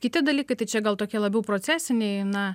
kiti dalykai tai čia gal tokie labiau procesiniai na